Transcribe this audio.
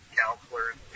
counselors